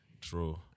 True